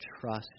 trust